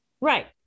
Right